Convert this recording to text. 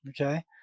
Okay